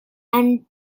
and